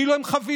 כאילו הם חבילות,